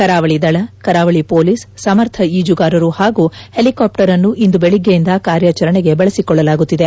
ಕರಾವಳಿದಳ ಕರಾವಳಿ ಪೊಲೀಸ್ ಸಮರ್ಥ ಈಜುಗಾರರು ಹಾಗೂ ಹೆಲಿಕಾಫ್ಟರನ್ನು ಇಂದು ಬೆಳಿಗ್ಗೆಯಿಂದ ಕಾರ್ಯಾಚರಣೆಗೆ ಬಳಸಿಕೊಳ್ಳಲಾಗುತ್ತಿದೆ